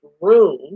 room